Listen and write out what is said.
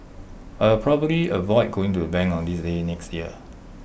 I will probably avoid going to the bank on this day next year